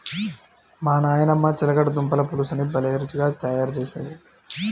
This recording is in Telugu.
మా నాయనమ్మ చిలకడ దుంపల పులుసుని భలే రుచిగా తయారు చేసేది